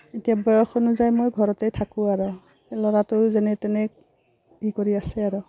এতিয়া বয়স অনুযায়ী মই ঘৰতেই থাকোঁ আৰু এই ল'ৰাটোও যেনে তেনে হেৰি কৰি আছে আৰু